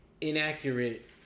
inaccurate